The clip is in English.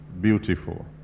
beautiful